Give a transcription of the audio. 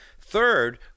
Third